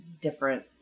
different